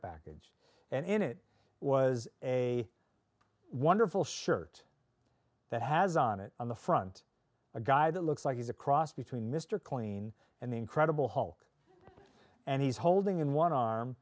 package and in it was a wonderful shirt that has on it on the front a guy that looks like he's a cross between mr clean and the incredible hulk and he's holding in one arm